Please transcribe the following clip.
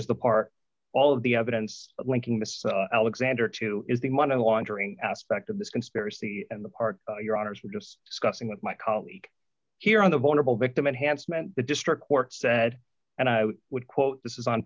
is the part all of the evidence linking this alexander to is the money laundering aspect of this conspiracy and the part your owners were just discussing with my colleague here on the vulnerable victim enhancement the district court said and i would quote this is on